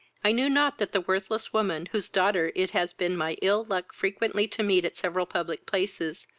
i knew not that the worthless woman, whose daughter it has been my ill luck frequently to meet at several public places,